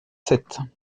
sept